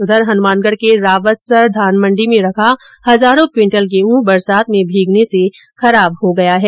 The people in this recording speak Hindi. उधर हनुमानगढ के रावतसर धानमंडी में रखा हजारों क्विंटल गेहू बरसात में भीगने से खराब हो गया है